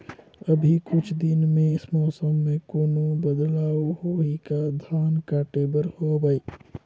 अभी कुछ दिन मे मौसम मे कोनो बदलाव होही का? धान काटे बर हवय?